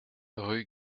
rue